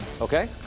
Okay